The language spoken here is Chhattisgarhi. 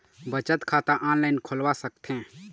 बचत खाता ऑनलाइन खोलवा सकथें?